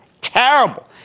Terrible